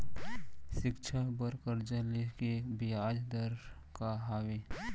शिक्षा बर कर्जा ले के बियाज दर का हवे?